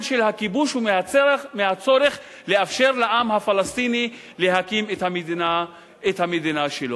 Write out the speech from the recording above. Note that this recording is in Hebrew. של הכיבוש ומהצורך לאפשר לעם הפלסטיני להקים את המדינה שלו.